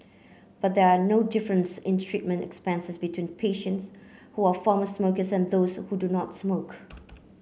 but there no difference in treatment expenses between patients who are former smokers and those who do not smoke